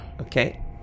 Okay